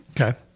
Okay